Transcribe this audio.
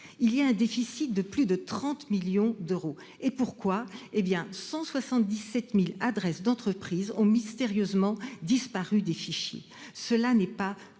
un déficit de plus de 30 millions d'euros, parce que 177 000 adresses d'entreprises ont mystérieusement disparu des fichiers. Cela n'est pas